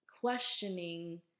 questioning